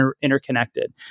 interconnected